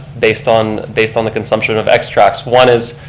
based on based on the consumptions of extracts. one is,